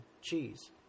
cheese